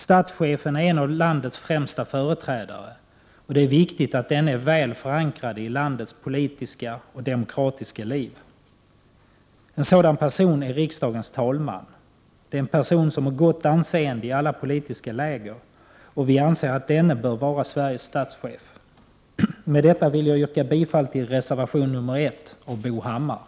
Statschefen är en av landets främsta företrädare, och det är viktigt att denne är väl förankrad i landets politiska och demokratiska liv. En sådan person är riksdagens talman. Det är en person som har gott anseende i alla politiska läger, och vi anser att denne bör vara Sveriges statschef. Med detta vill jag yrka bifall till reservation 1 av Bo Hammar.